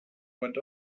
went